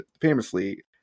famously